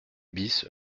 bis